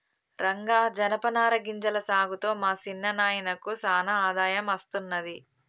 రంగా జనపనార గింజల సాగుతో మా సిన్న నాయినకు సానా ఆదాయం అస్తున్నది